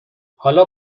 حالا